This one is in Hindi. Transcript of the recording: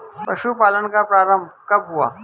पशुपालन का प्रारंभ कब हुआ?